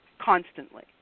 constantly